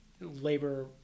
labor